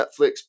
Netflix